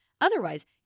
otherwise